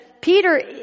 Peter